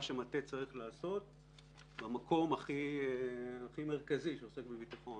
שמטה צריך לעשות במקום הכי מרכזי שעוסק בביטחון,